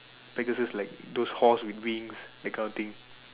Pegasus like those horse with wings that kind of thing